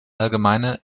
allgemeine